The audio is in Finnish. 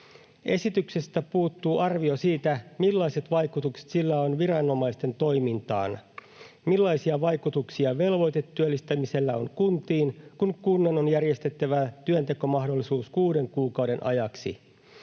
Esityksestä puuttuu arvio siitä, millaiset vaikutukset sillä on viranomaisten toimintaan, millaisia vaikutuksia velvoitetyöllistämisellä on kuntiin, kun kunnan on järjestettävä työntekomahdollisuus kuuden kuukauden ajaksi.